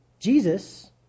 Jesus